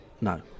No